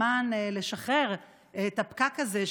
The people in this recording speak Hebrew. למען שחרור הפקק הזה,